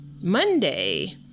Monday